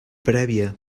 prèvia